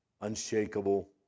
Unshakable